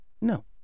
no